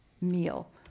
meal